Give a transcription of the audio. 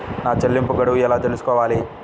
నా చెల్లింపు గడువు ఎలా తెలుసుకోవాలి?